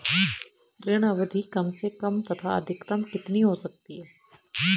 ऋण अवधि कम से कम तथा अधिकतम कितनी हो सकती है?